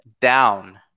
Down